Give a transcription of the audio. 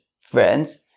Friends